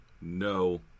No